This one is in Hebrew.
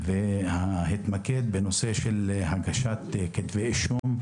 והוא התמקד בנושא הגשת כתבי אישום,